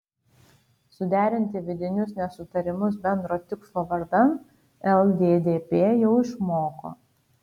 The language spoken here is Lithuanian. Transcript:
suderinti vidinius nesutarimus bendro tikslo vardan lddp jau išmoko